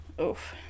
Oof